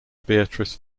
beatrice